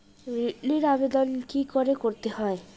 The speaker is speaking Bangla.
ঋণের আবেদন কি করে করতে হয়?